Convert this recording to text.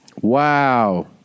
Wow